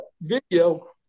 video